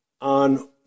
on